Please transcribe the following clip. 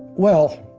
well,